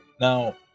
Now